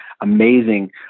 amazing